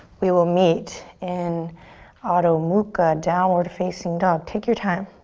we will meet in adho mukha, downward facing dog. take your time.